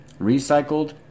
Recycled